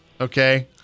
Okay